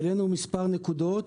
העלינו מספר נקודות.